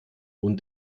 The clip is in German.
und